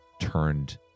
turned